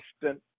constant